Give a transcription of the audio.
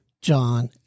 John